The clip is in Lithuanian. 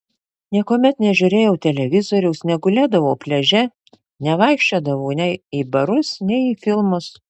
niekuomet nežiūrėjau televizoriaus negulėdavau pliaže nevaikščiodavau nei į barus nei į filmus